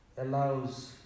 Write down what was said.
allows